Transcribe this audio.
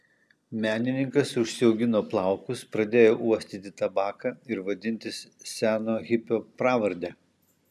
menininkas užsiaugino plaukus pradėjo uostyti tabaką ir vadintis seno hipio pravarde